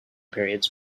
periods